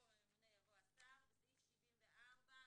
במקום "הממונה" יבוא "השר"; (4)בסעיף 74,